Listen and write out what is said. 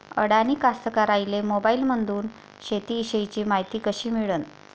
अडानी कास्तकाराइले मोबाईलमंदून शेती इषयीची मायती कशी मिळन?